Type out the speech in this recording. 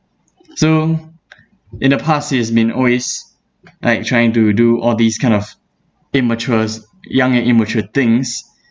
so in the past he has been always like trying to do all these kind of immatures young and immature things